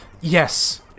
Yes